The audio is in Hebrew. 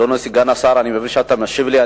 אדוני סגן השר, אני מבין שאתה משיב לי.